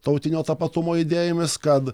tautinio tapatumo idėjomis kad